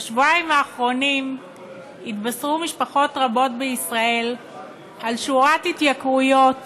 בשבועיים האחרונים התבשרו משפחות רבות בישראל על שורת התייקרויות